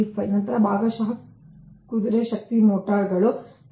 85 ನಂತರ ಭಾಗಶಃ ಕುದುರೆ ಶಕ್ತಿ ಮೋಟಾರ್ಗಳು 0